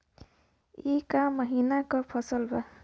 ई क महिना क फसल बा?